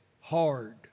hard